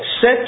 Set